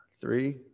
three